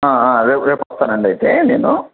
రేపు రేపు వస్తానండి అయితే నేనూ